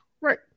Right